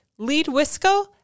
leadwisco